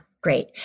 Great